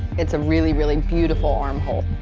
it's a really really beautiful armhole.